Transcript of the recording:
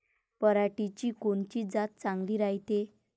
पऱ्हाटीची कोनची जात चांगली रायते?